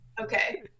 Okay